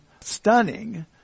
stunning